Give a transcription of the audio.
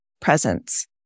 presence